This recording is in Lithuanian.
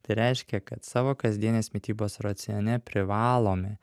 tai reiškia kad savo kasdienės mitybos racione privalome